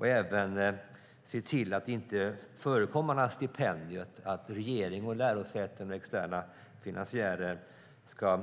Vi vill också se till att det inte förekommer några stipendier. Vi vill att regering, lärosäten och externa finansiärer ska